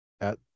at-